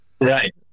right